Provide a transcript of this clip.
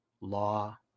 law